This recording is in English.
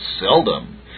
seldom